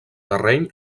terreny